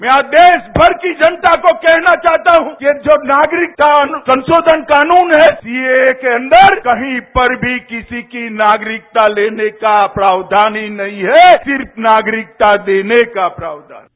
मैं आज देश भर की जनता को कहना चाहता हूँ ये जो नागरिकता संशोधन कानून है सीएए के अंदर कहीं पर भी किसी का भी नागरिक लेने का प्रावधान नहीं है सिर्फ नागरिकता देने का है